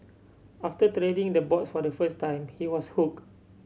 after treading the boards for the first time he was hooked